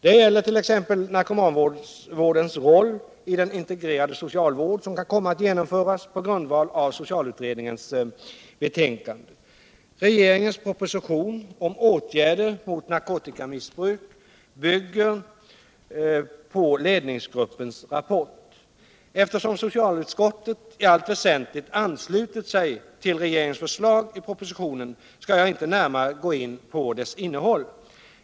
Det gäller t.ex. narkomanvårdens roll i den integrerade socialvård som kan komma att genomföras på grundval av socialutredningens betänkande. Regeringens proposition om åtgärder mot narkotikamissbruk bygger på ledningsgruppens rapport. Eftersom socialutskottet i allt väsentligt anslutit sig till regeringens förslag i propositionen, skall jag inte närmare gå in på dess innehåll.